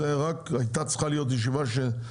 זאת הייתה אמורה להיות רק ישיבה שמוקדשת